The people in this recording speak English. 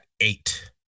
eight